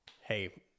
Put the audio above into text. hey